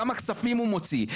כמה כספים הוא מוציא,